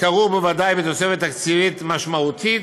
כרוכה בוודאי בתוספת תקציבית משמעותית,